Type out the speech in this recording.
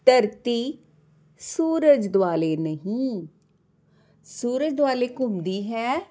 ਧਰਤੀ ਸੂਰਜ ਦੁਆਲੇ ਨਹੀਂ ਸੂਰਜ ਦੁਆਲੇ ਘੁੰਮਦੀ ਹੈ